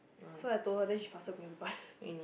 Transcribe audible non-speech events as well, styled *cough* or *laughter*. so I told her then she faster go and buy *laughs*